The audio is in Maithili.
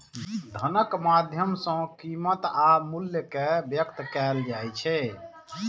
धनक माध्यम सं कीमत आ मूल्य कें व्यक्त कैल जाइ छै